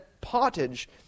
pottage